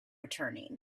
returning